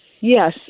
Yes